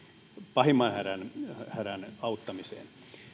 pahimman hädän hädän auttamiseen